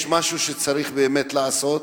יש משהו שצריך לעשות,